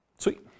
Sweet